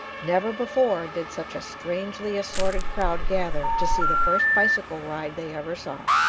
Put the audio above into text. never before did such a strangely assorted crowd gather to see the first bicycle ride they ever saw,